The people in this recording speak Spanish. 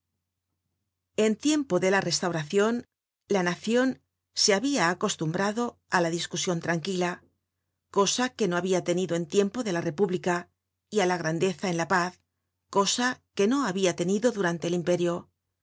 en tiempo de la restauracion la nacion se habia acostumbrado á la discusion tranquila cosa que no habia tenido en tiempo de la república y á la'grandeza en la paz cosa que no habia tenido durante el imperio